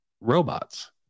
robots